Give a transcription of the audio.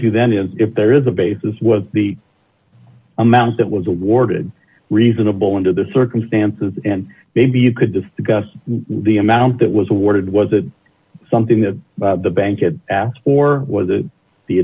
is if there is a basis with the amount that was awarded reasonable under the circumstances and maybe you could discuss the amount that was awarded was it something that the bank had asked for was